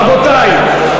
אם כן, רבותי,